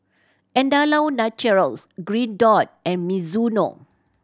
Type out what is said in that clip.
Andalou Naturals Green Dot and Mizuno